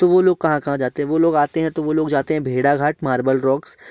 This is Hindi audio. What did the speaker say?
तो वो लोग कहाँ कहाँ जाते हैं वो लोग आते हैं तो वो लोग जाते हैं भेड़ाघाट मार्बल रॉक्स